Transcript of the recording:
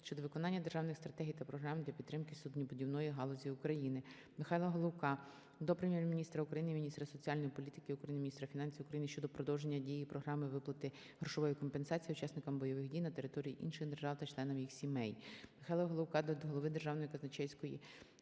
щодо виконання державних стратегій та програм для підтримки суднобудівної галузі України. Михайла Головка до Прем'єр-міністра України, міністра соціальної політики України, міністра фінансів України щодо продовження дії програми виплати грошової компенсації учасникам бойових дій на території інших держав та членам їх сімей. Михайла Головка до голови Державної казначейської